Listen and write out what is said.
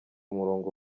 umurongo